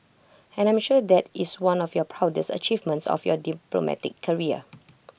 and I'm sure that is one of your proudest achievements of your diplomatic career